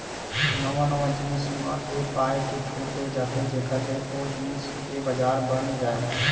नवा नवा जिनिस म ए पाय के छूट देय जाथे जेखर ले ओ जिनिस के बजार बन जाय